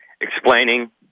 explaining